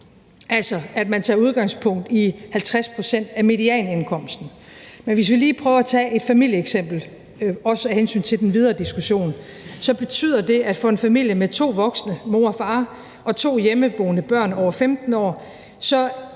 ved at tage udgangspunkt i 50 pct. af medianindkomsten. Men hvis vi lige prøver at tage et familieeksempel – også af hensyn til den videre diskussion – betyder det for en familie med to voksne, mor og far, og to hjemmeboende børn over 15 år en